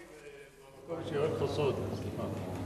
הצבעתי ממקומו של יואל חסון.